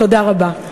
תודה רבה.